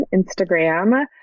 Instagram